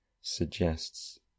suggests